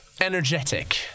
energetic